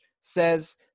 says